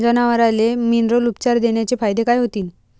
जनावराले मिनरल उपचार देण्याचे फायदे काय होतीन?